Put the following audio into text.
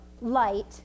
light